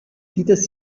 dieses